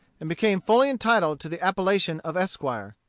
and became fully entitled to the appellation of esquire.